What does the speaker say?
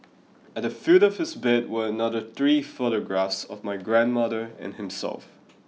at the foot of his bed were another three photographs of my grandmother and himself